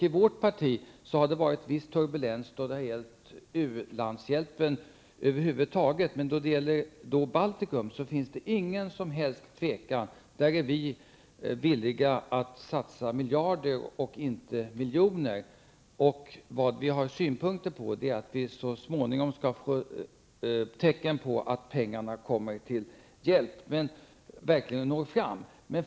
I vårt parti har det rått viss turbulens om u-landshjälpen över huvud taget. Men när det gäller Baltikum råder inga som helst tvivel. Där är vi villiga att satsa miljarder och inte miljoner. Vi har synpunkten att det så småningom bör finnas tecken på att pengarna når fram och är till någon hjälp.